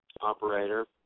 operator